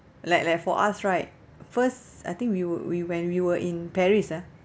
like like for us right first I think we were we when we were in paris ah